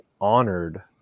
honored